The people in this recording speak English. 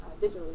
digitally